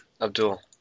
Abdul